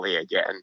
again